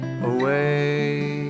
Away